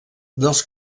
dels